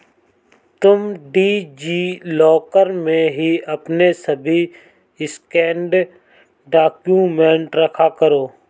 तुम DigiLocker में ही अपने सभी स्कैंड डाक्यूमेंट रखा करो